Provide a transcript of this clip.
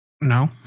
No